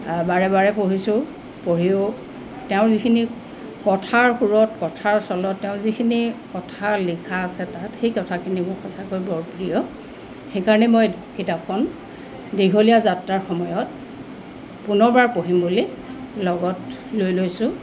বাৰে বাৰে পঢ়িছোঁ পঢ়িও তেওঁৰ যিখিনি কথাৰ সুৰত কথাৰ চলত তেওঁ যিখিনি কথা লিখা আছে তাত সেই কথাখিনি মোৰ সঁচাকৈ বৰ প্ৰিয় সেইকাৰণে মই কিতাপখন দীঘলীয়া যাত্ৰাৰ সময়ত পুনৰবাৰ পঢ়িম বুলি লগত লৈ লৈছোঁ